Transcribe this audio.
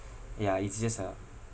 yeah it's just a